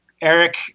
Eric